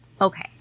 Okay